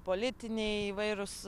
politiniai įvairūs